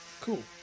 Cool